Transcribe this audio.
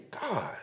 God